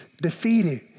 defeated